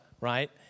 right